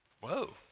Whoa